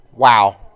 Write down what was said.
wow